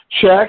check